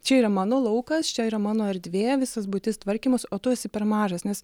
čia yra mano laukas čia yra mano erdvė visas buitis tvarkymas o tu esi per mažas nes